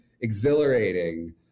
exhilarating